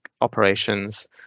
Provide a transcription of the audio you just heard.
operations